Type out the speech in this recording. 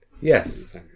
Yes